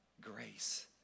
grace